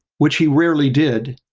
which he rarely did,